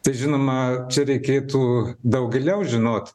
tai žinoma čia reikėtų daug giliau žinot